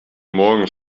morgen